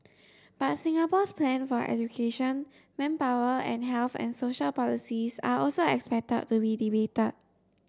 but Singapore's plans for education manpower and health and social policies are also expected to be debated